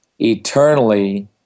eternally